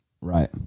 right